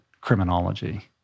criminology